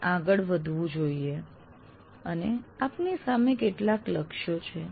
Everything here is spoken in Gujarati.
આપે આગળ વધવું જોઈએ અને આપની સામે કેટલાક લક્ષ્યો છે